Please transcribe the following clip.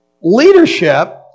leadership